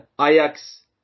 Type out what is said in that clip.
Ajax